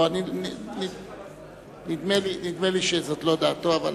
בעד, 35, נגד, 1, ונמנע אחד.